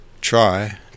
try